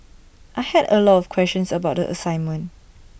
I had A lot of questions about the assignment